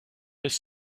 his